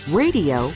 radio